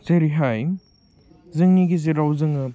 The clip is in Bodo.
जेरैहाय जोंनि गेजेराव जोङो